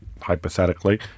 hypothetically